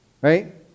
Right